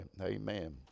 amen